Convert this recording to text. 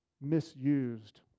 misused